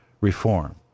reform